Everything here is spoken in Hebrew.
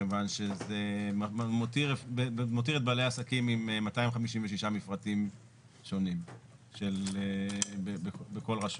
מכיוון שזה מותיר את בעלי העסקים עם 256 מפרטים שונים בכל רשות.